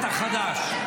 אתה חדש.